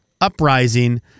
uprising